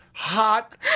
Hot